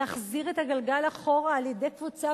להחזיר את הגלגל אחורה על-ידי קבוצה